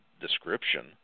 description